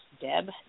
Deb